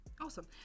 awesome